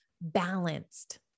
balanced